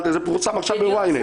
זה פורסם עכשיו ב-YNET.